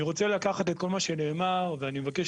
אני רוצה רק לקחת את כל מה שנאמר ואני מבקש